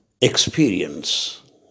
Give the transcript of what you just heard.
experience